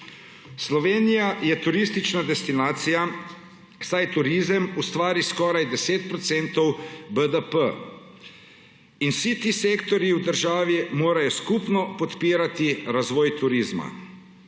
Slovenija je turistična destinacija, saj turizem ustvari skoraj 10 % BDP in vsi ti sektorji v državi morajo skupno podpirati razvoj turizma.